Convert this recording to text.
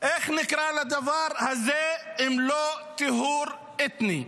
איך נקרא לדבר הזה אם לא טיהור אתני?